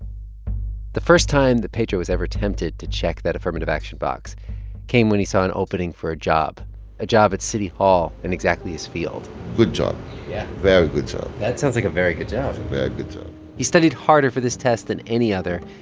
the first time that pedro was ever tempted to check that affirmative action box came when he saw an opening for a job a job at city hall in exactly his field good job yeah very good job so that sounds like a very good job very good job he studied harder for this test than any other,